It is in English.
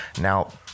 now